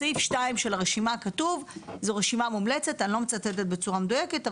בסעיף שתיים של הרשימה כתוב ואני לא מצטטת בצורה מדויקת,